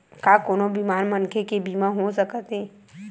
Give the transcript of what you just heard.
का कोनो बीमार मनखे के बीमा हो सकत हे?